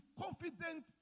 confident